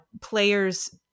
players